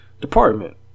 department